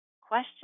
question